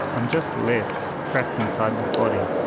i'm just left trapped inside this body.